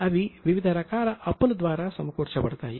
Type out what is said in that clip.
అవి వివిధ రకాల అప్పుల ద్వారా సమకూర్చబడతాయి